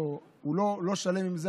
הוא לא שלם עם זה,